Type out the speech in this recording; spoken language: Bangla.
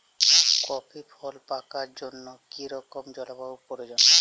কফি ফল পাকার জন্য কী রকম জলবায়ু প্রয়োজন?